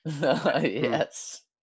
Yes